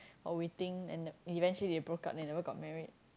while waiting and the eventually they broke up they never got married